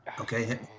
Okay